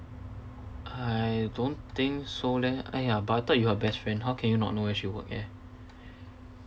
I don't think so leh !aiya! but I thought you're her best friend how can you not know where she work at